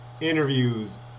interviews